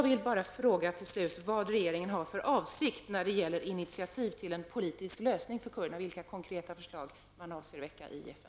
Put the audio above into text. Vad har regeringen för avsikt att ta för initiativ till en politisk lösning för kurderna? Vilka konkreta förslag avser man att väcka i FN?